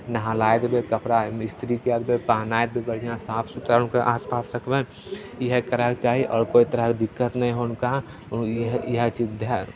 नहलाइ देबै कपड़ा इस्तरीकै देबै पहिनाइ देबै बढ़िआँ साफ सुथरा हुनका आसपास रखबनि इएह करैले चाही आओर कोइ तरहके दिक्कत नहि होअनि हुनका इएह चीज धै